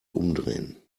umdrehen